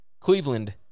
Cleveland